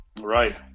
Right